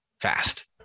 fast